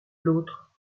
l’autre